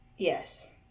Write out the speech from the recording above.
Yes